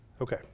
Okay